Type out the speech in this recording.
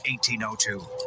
1802